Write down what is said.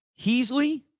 Heasley